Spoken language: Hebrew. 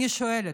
אני שואלת: